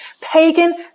pagan